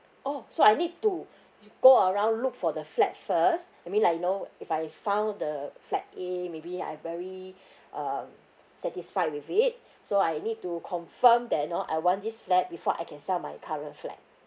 oh so I need to go around look for the flat first I mean like you know if I found the flat A maybe I'm very um satisfied with it so I need to confirm that you know I want this flat before I can sell my current flat